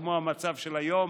כמו המצב של היום,